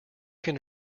can